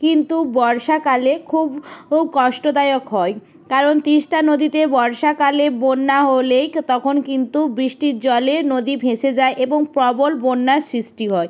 কিন্তু বর্ষাকালে খুব উব কষ্টদায়ক হয় কারণ তিস্তা নদীতে বর্ষাকালে বন্যা হলে ক্ তখন কিন্তু বৃষ্টির জলে নদী ভেসে যায় এবং প্রবল বন্যার সৃষ্টি হয়